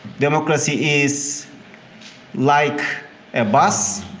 democracy is like a bus.